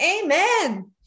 Amen